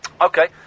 Okay